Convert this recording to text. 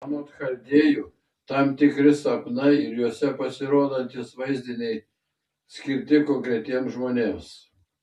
anot chaldėjų tam tikri sapnai ir juose pasirodantys vaizdiniai skirti konkretiems žmonėms